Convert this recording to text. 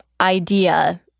idea